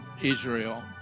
Israel